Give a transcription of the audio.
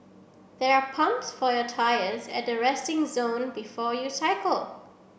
there are pumps for your tyres at the resting zone before you cycle